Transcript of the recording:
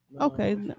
Okay